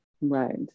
Right